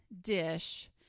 dish